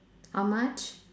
how much